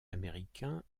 américain